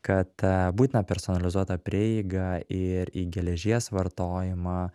kad būtina personalizuota prieiga ir į geležies vartojimą